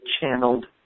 channeled